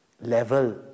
level